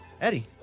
Eddie